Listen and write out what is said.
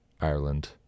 Ireland